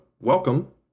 welcome